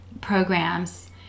programs